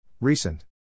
Recent